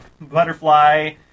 Butterfly